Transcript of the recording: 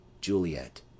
Juliet